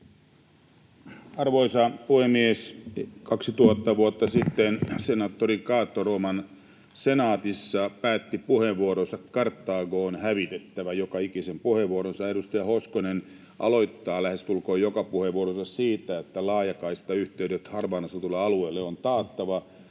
Arvoisa puhemies! 2 000 vuotta sitten senaattori Cato Rooman senaatissa päätti joka ikisen puheenvuoronsa: ”Karthago on hävitettävä.” Edustaja Hoskonen aloittaa lähestulkoon joka puheenvuoronsa sillä, että laajakaistayhteydet harvaan asutuille alueille on taattava.